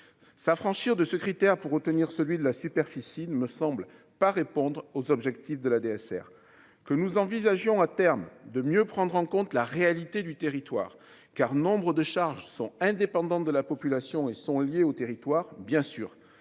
s'affranchir de ce critère pour retenir celui de la superficie ne me semble pas répondre aux objectifs de la DSR que nous envisagions, à terme, de mieux prendre en compte la réalité du territoire car nombre de charges sont indépendantes de la population et sont liées au territoire, bien sûr,